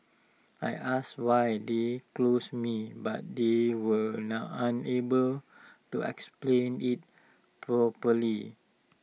I asked why they close me but they were unable to explain IT properly